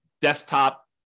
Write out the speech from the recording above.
desktop